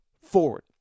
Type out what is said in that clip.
forward